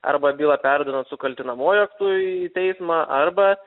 arba bylą perduodant su kaltinamuoju aktu į teismą arba